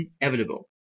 inevitable